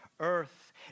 earth